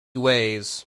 ways